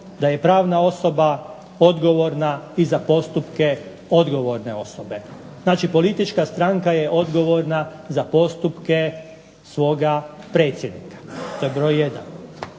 da je pravna osoba odgovorna i za postupke odgovorne osobe. Znači, politička stranka je odgovorna za postupke svoga predsjednika. To je broj jedan.